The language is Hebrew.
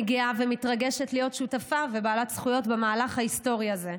אני גאה ומתרגשת להיות שותפה ובעלת זכויות במהלך ההיסטורי הזה,